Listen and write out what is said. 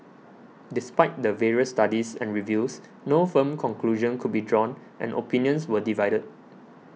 despite the various studies and reviews no firm conclusion could be drawn and opinions were divided